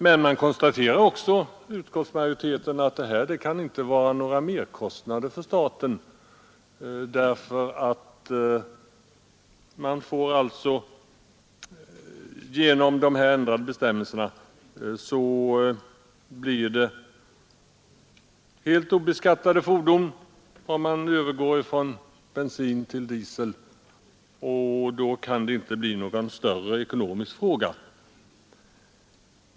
Men utskottsmajoriteten konstaterar att det inte kan innebära några merkostnader för staten om man ökar den bensinmängd som utgör grunden för bidragen. Genom de ändrade bestämmelserna blir det helt obeskattade fordon om de handikappade övergår från bensin till diesel. Därför kan det inte vara någon större ekonomisk fråga.